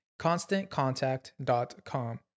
ConstantContact.com